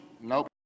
Nope